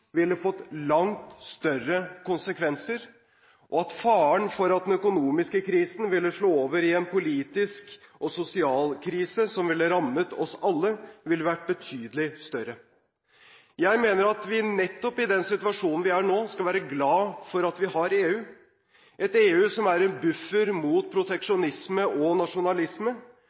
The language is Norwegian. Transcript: ville fått langt større konsekvenser, og at faren for at den økonomiske krisen ville slå over i en politisk og sosial krise som ville rammet oss alle, ville vært betydelig større. Jeg mener at vi nettopp i den situasjonen vi er i nå, skal være glad for at vi har EU, et EU som er en buffer mot proteksjonisme og nasjonalisme,